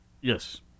Yes